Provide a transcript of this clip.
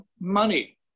money